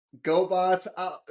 GoBots